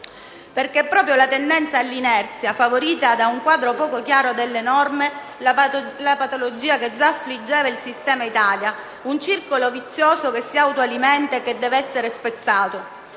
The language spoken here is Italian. perché è proprio la tendenza all'inerzia, favorita da un quadro poco chiaro delle norme, la patologia che già affliggeva il sistema Italia: un circolo vizioso che si autoalimenta e che deve essere spezzato.